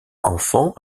enfant